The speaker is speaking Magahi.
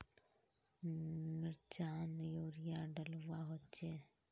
मिर्चान यूरिया डलुआ होचे?